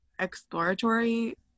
exploratory